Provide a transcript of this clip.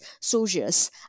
soldiers